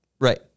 Right